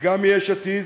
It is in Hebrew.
וגם מיש עתיד,